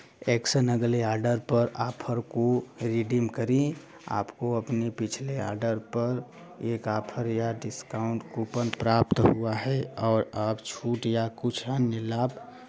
action अगले order पर आप हर कोड रिडीम करिए आपको अपनी पिछले ऑर्डर पर एक ऑफर या डिस्काउंट कूपन प्राप्त हुआ है और आप छूट या कुछ अन्य लाभ